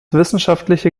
wissenschaftliche